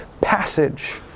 passage